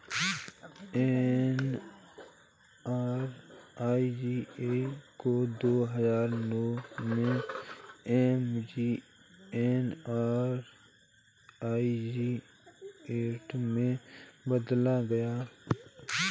NREGA को दो हजार नौ में एम.जी.एन.आर.इ.जी एक्ट में बदला गया